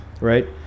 right